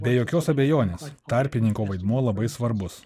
be jokios abejonės tarpininko vaidmuo labai svarbus